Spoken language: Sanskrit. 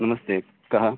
नमस्ते कः